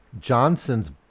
Johnson's